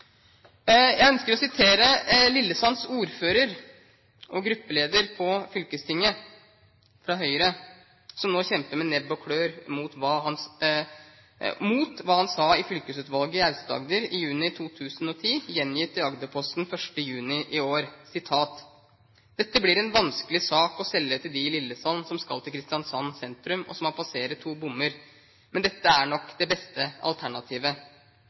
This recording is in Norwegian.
Jeg ønsker å sitere Lillesands ordfører – og gruppeleder på fylkestinget – fra Høyre, som nå kjemper med nebb og klør mot det han sa i fylkesutvalget i Aust-Agder i juni 2010, gjengitt i Agderposten 1. juni i år: «Dette blir en vanskelig sak å selge til de i Lillesand som skal til Kristiansand sentrum, og som må passere to bommer. Men dette er nok det beste alternativet.»